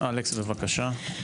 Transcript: אלכס, בבקשה.